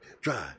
Drive